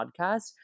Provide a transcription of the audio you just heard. podcast